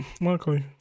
Luckily